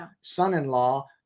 son-in-law